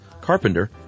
Carpenter